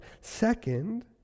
Second